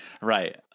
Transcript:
Right